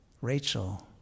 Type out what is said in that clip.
Rachel